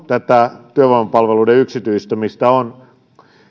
tätä työvoimapalveluiden yksityistämistä on